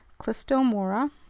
Clistomora